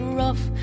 rough